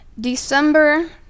December